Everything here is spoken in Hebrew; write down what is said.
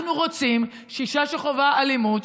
אנחנו רוצים שאישה שחווה אלימות,